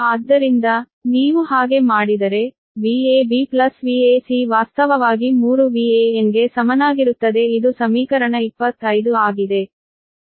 ಆದ್ದರಿಂದ ನೀವು ಹಾಗೆ ಮಾಡಿದರೆ Vab Vac ವಾಸ್ತವವಾಗಿ 3 Van ಗೆ ಸಮನಾಗಿರುತ್ತದೆ ಇದು ಸಮೀಕರಣ 25 ಆಗಿದೆ